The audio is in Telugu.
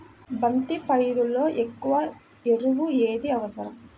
బంతి పైరులో ఎక్కువ ఎరువు ఏది అవసరం?